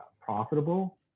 profitable